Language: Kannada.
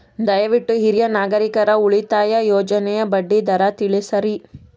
ದಯವಿಟ್ಟು ಹಿರಿಯ ನಾಗರಿಕರ ಉಳಿತಾಯ ಯೋಜನೆಯ ಬಡ್ಡಿ ದರ ತಿಳಸ್ರಿ